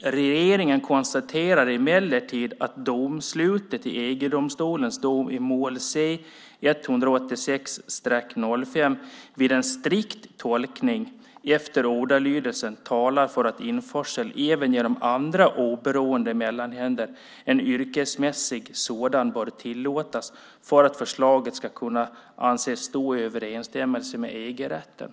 "Regeringen konstaterar emellertid att domslutet i EG-domstolens dom i mål C-186/05 vid en strikt tolkning efter ordalydelsen talar för att införsel även genom andra oberoende mellanhänder än yrkesmässiga sådana bör tillåtas för att förslaget ska kunna anses stå i överensstämmelse med EG-rätten."